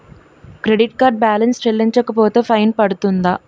Credit card balance చెల్లించకపోతే fine పడ్తుంద?